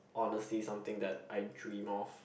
honestly something that I dream of